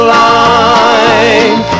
line